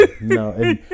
no